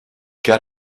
got